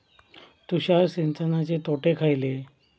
तुषार सिंचनाचे तोटे खयले?